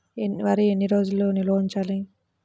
వరి ఎన్ని రోజులు నిల్వ ఉంచాలి?